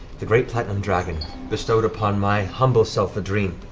the great platinum dragon bestowed upon my humble self a dream.